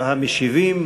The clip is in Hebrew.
משיבים